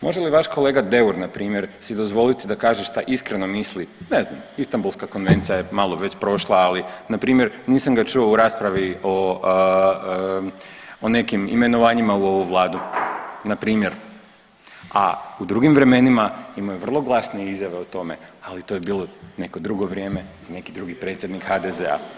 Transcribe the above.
Može li vaš kolega Deur npr. si dozvoliti da kaže šta iskreno misli ne znam Istambulska konvencija je malo već prošla, ali npr. nisam ga čuo u raspravi o nekim imenovanjima u ovu vladu npr., a u drugim vremenima imao je vrlo glasne izjave o tome, ali to je bilo neko drugo vrijeme i neki drugi predsjednik HDZ-a.